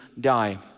die